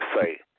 say